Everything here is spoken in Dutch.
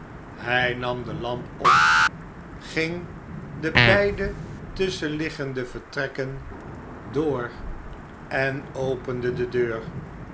hy nam de lamp op jjing de beide tusschenliggende vertrekken en opende de deur